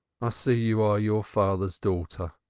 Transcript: i see you are your father's daughter.